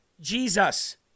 Jesus